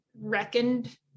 reckoned